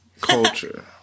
culture